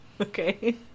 Okay